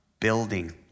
building